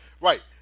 Right